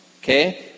okay